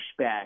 pushback